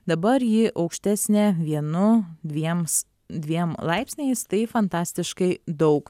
dabar ji aukštesnė vienu dviems dviem laipsniais tai fantastiškai daug